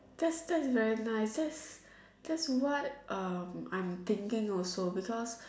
that that's very nice that's that's what um I'm thinking also because